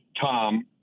Tom